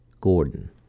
Gordon